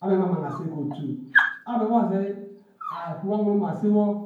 Abhe mme amang ase ke etu abhe wo asei akpan ema asese wo